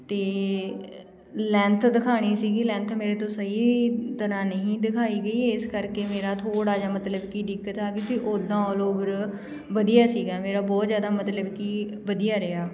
ਅਤੇ ਲੈਂਥ ਦਿਖਾਣੀ ਸੀਗੀ ਲੈਂਥ ਮੇਰੇ ਤੋਂ ਸਹੀ ਤਰ੍ਹਾਂ ਨਹੀਂ ਦਿਖਾਈ ਗਈ ਇਸ ਕਰਕੇ ਮੇਰਾ ਥੋੜ੍ਹਾ ਜਿਹਾ ਮਤਲਬ ਕਿ ਦਿੱਕਤ ਆ ਗਈ ਅਤੇ ਉੱਦਾਂ ਆਲ ਓਵਰ ਵਧੀਆ ਸੀਗਾ ਮੇਰਾ ਬਹੁਤ ਜ਼ਿਆਦਾ ਮਤਲਬ ਕਿ ਵਧੀਆ ਰਿਹਾ